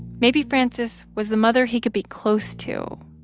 maybe frances was the mother he could be close to,